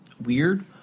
weird